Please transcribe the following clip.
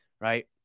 right